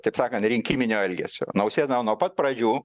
taip sakan rinkiminio elgesio nausėda nuo pat pradžių